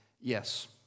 yes